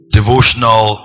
devotional